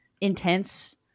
intense